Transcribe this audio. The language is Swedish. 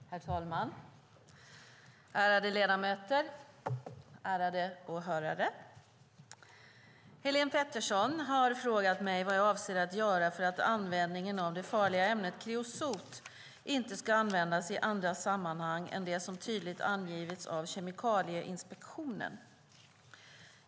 Herr talman! Ärade ledamöter! Ärade åhörare! Helene Petersson har frågat mig vad jag avser att göra för att användningen av det farliga ämnet kreosot inte ska ske i andra sammanhang än dem som tydligt har angivits av Kemikalieinspektionen.